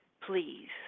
Please